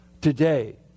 Today